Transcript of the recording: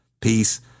peace